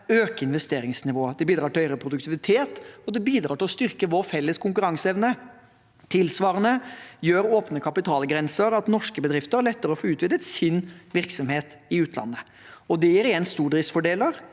øke investeringsnivået. Det bidrar til høyere produktivitet, og det bidrar til å styrke vår felles konkurranseevne. Tilsvarende gjør åpne kapitalgrenser at norske bedrifter lettere får utvidet sin virksomhet i utlandet. Det gir stordriftsfordeler,